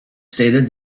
stated